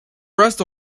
rest